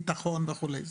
ביטחון וכולי,